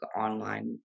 online